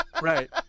Right